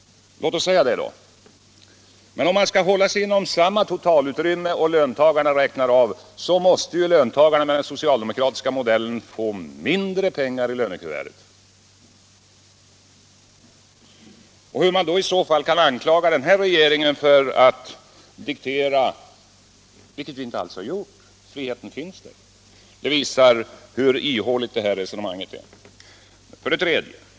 — Låt oss säga det då. Men om man skall hålla sig inom samma totalutrymme och löntagarna räknar av detta, så måste löntagarna få mindre pengar i lönekuverten enligt den socialdemokratiska modellen. Hur kan man i så fall anklaga den här regeringen för att diktera? Det har vi f. ö. inte alls gjort; friheten finns där. Detta visar hur ihåligt herr Palmes resonemang är.